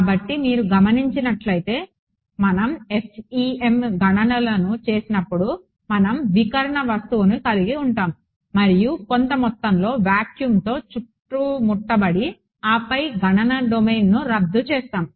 కాబట్టి మీరు గమనించినట్లయితే మనం FEM గణనలను చేసినప్పుడు మనం వికీర్ణ వస్తువును కలిగి ఉంటాము మరియు కొంత మొత్తంలో వాక్యూమ్తో చుట్టుముట్టబడి ఆపై గణన డొమైన్ను రద్దు చేస్తాము